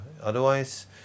Otherwise